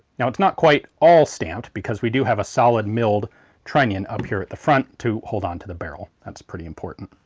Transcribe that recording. now it's not quite all stamped because we do have a solid milled trunnion up here at the front to hold on to the barrel, that's pretty important.